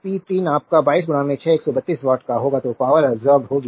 slide time देखें 1427 तो P 3 आपका 22 6 132 वाट का होगा तो पावरअब्सोर्बेद होगी